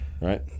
Right